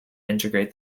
integrate